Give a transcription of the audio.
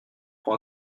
pour